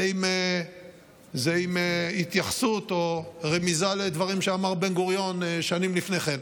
זה עם התייחסות או רמיזה לדברים שאמר בן-גוריון שנים לפני כן.